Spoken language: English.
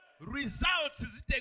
Results